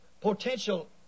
potential